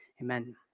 amen